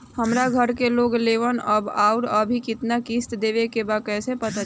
हमरा घर के लोन लेवल बा आउर अभी केतना किश्त देवे के बा कैसे पता चली?